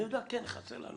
אני יודע, כן, חסר לנו